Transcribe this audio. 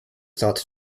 thought